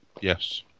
Yes